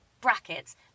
brackets